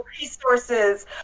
resources